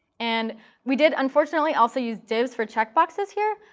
and we did, unfortunately, also use divs for checkboxes here,